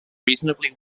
reasonably